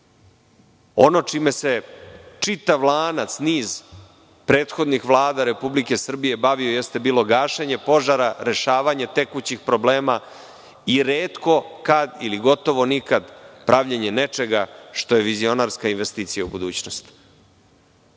čime se čitav lanac, niz prethodnih vlada Republike Srbije bavio jeste gašenje požara, rešavanje tekućih problema i retko kada ili gotovo nikad pravljenje nečega što je vizionarska investicija u budućnosti.